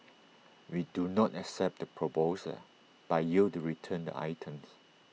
we do not accept the proposal by you to return the items